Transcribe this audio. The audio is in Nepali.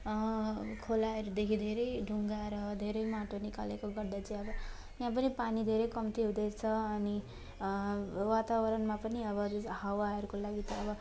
खोलाहरूदेखि धेरै ढुङ्गा र धेरै माटो निकालेकोले गर्दा चाहिँ अब यहाँ पनि पानी धेरै कम्ती हुँदैछ अनि वातावरणमा पनि अब जस्तै हावाहरूको लागि त अब